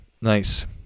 Nice